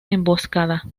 emboscada